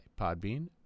Podbean